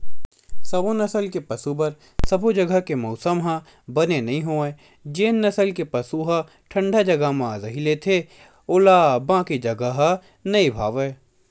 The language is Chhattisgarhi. सबो नसल के पसु बर सबो जघा के मउसम ह बने नइ होवय जेन नसल के पसु ह ठंडा जघा म रही लेथे ओला बाकी जघा ह नइ भावय